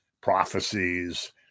prophecies